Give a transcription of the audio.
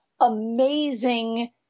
amazing